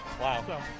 Wow